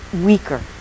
weaker